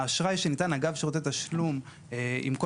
האשראי שניתן אגב שירותי תשלום עם כל